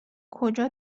کجا